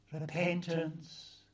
Repentance